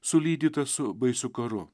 sulydyta su baisiu karu